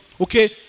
Okay